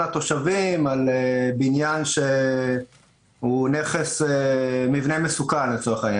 מתושבים על בניין שהוא מבנה מסוכן.